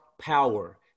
power